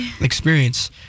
experience